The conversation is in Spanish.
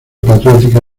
patriótica